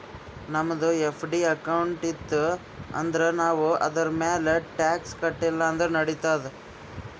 ನಮ್ದು FD account ಇತ್ತು ಅಂದುರ್ ನಾವ್ ಅದುರ್ಮ್ಯಾಲ್ ಟ್ಯಾಕ್ಸ್ ಕಟ್ಟಿಲ ಅಂದುರ್ ನಡಿತ್ತಾದ್